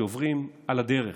שעוברים על הדרך,